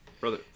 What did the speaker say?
brother